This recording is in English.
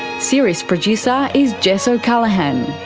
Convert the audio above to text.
series producer is jess o'callaghan,